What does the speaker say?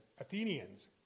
Athenians